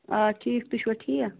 آ ٹھیٖک تُہۍ چھُوا ٹھیٖک